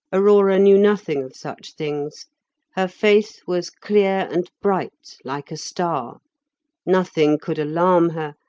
aurora knew nothing of such things her faith was clear and bright like a star nothing could alarm her,